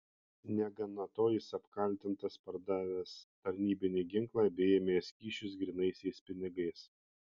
negana to jis apkaltintas pardavęs tarnybinį ginklą bei ėmęs kyšius grynaisiais pinigais